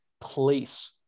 place